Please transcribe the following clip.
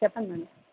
చెప్పండి మేడం